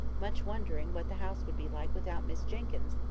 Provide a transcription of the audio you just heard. much wondering what the house would be like without miss jenkyns,